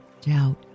doubt